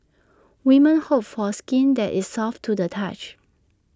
women hope for skin that is soft to the touch